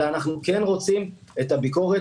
אנחנו כן רוצים את הביקורת.